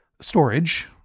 storage